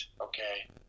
okay